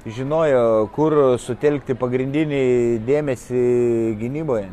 žinojo kur sutelkti pagrindinį dėmesį gynyboje